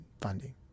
funding